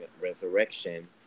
resurrection